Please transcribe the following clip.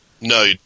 No